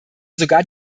sogar